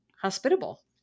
hospitable